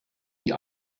die